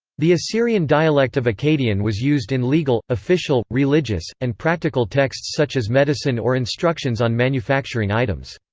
the assyrian dialect of akkadian was used in legal, official, religious, and practical texts such as medicine or instructions on manufacturing items.